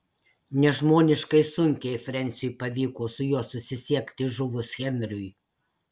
nežmoniškai sunkiai frensiui pavyko su juo susisiekti žuvus henriui